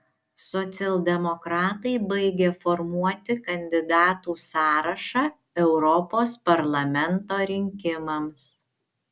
socialdemokratai baigė formuoti kandidatų sąrašą europos parlamento rinkimams